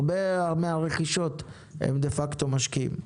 הרבה מהרכישות הן דה-פקטו של משקיעים.